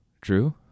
Drew